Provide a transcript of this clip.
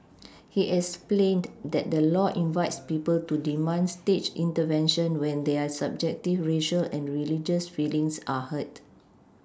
he explained that the law invites people to demand state intervention when their subjective racial and religious feelings are hurt